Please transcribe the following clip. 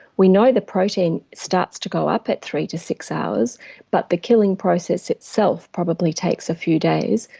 we know the protein starts to go up at three to six hours but the killing process itself probably takes a few days.